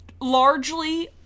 Largely